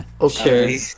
Okay